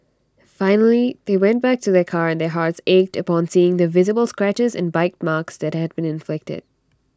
finally they went back to their car and their hearts ached upon seeing the visible scratches and bite marks that had been inflicted